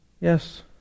Yes